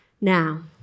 now